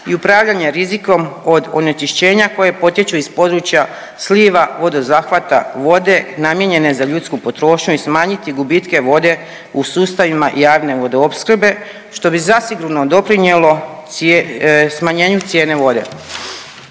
i upravljanja rizikom od onečišćenja koja potječu iz područja sliva vodozahvata vode namijenjene za ljudsku potrošnju i smanjiti gubitke vode u sustavima javne vodoopskrbe, što bi zasigurno doprinijelo smanjenju cijene vode.